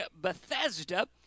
Bethesda